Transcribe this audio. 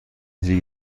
لیگ